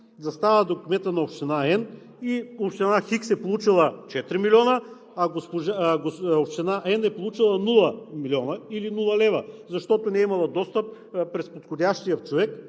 застава до кмета на община n и община x е получила четири милиона, а община n е получила нула милиона лева, защото не е имала достъп до подходящия човек